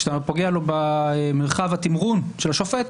כשאתה פוגע במרחב התמרון של השופט,